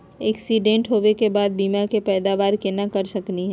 Accident होवे के बाद बीमा के पैदावार केना कर सकली हे?